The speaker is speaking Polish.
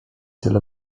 tyle